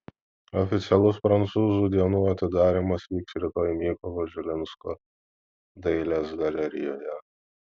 oficialus prancūzų dienų atidarymas vyks rytoj mykolo žilinsko dailės galerijoje